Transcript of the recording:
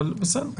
אבל בסדר,